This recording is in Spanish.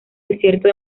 desierto